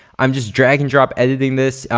i'm just drag and drop editing this.